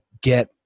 get